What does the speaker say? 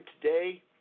today